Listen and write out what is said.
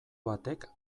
batek